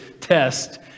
Test